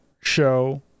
show